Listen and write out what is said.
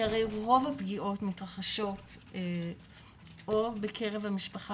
כי הרי רוב הפגיעות מתרחשות או בקרב המשפחה